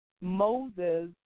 Moses